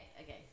okay